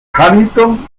hamilton